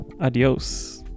Adios